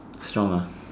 strong ah